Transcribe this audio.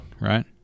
right